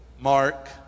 mark